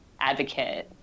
advocate